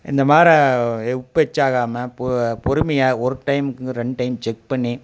இந்த மார உப்பு எக்ச்சா ஆகாமல் பு பொறுமையாக ஒரு டைம்க்கு ரெண் டைம் செக் பண்ணி